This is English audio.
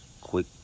Quick